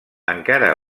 encara